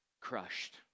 crushed